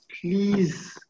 Please